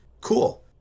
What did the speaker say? Cool